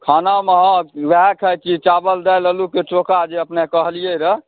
खानामे हँ वएह खाइ छी चावल दालि अल्लूके चोखा जे अपने कहलिए रहए